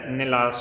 nella